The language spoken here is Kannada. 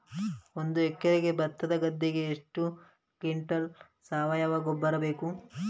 ಒಂದು ಎಕರೆ ಭತ್ತದ ಗದ್ದೆಗೆ ಎಷ್ಟು ಕ್ವಿಂಟಲ್ ಸಾವಯವ ಗೊಬ್ಬರ ಬೇಕು?